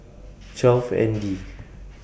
twelve N D